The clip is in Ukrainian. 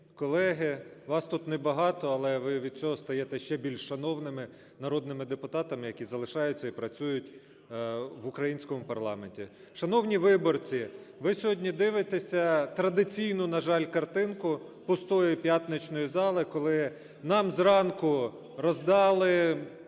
колеги, вас тут небагато, але ви від цього стаєте ще більш шановними народними депутатами, які залишаються і працюють в українському парламенті. Шановні виборці, ви сьогодні дивитеся традиційну, на жаль, картинку пустої п'ятничної зали, коли нам зранку роздали